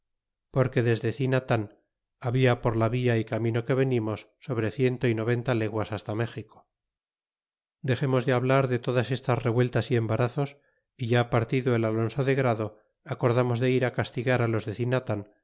porque desde cinatan había por la via y camino que venimos sobre ciento y noventa leguas basta méxico dexemos de hablar de todas estas revueltas y embarazos éya partido e alonso de grado acordamos de ir castigar los